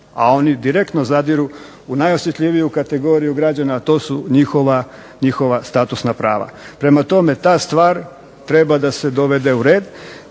a oni direktno zadiru u najosjetljiviju kategoriju građana, a to su njihova statusna prava. Prema tome, ta stvar treba da se dovede u red.